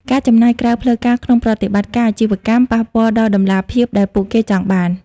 ការចំណាយក្រៅផ្លូវការក្នុងប្រតិបត្តិការអាជីវកម្ម ប៉ះពាល់ដល់តម្លាភាពដែលពួកគេចង់បាន។